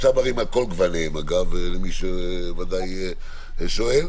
הצברים על כל גווניהם אגב למי שוודאי שואל,